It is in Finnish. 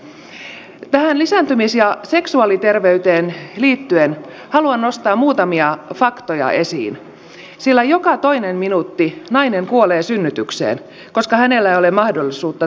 tähän lisääntymis ja seksuaaliterveyteen liittyen haluan nostaa muutamia faktoja esiin sillä joka toinen minuutti nainen kuolee synnytykseen koska hänellä ei ole mahdollisuutta terveyspalveluihin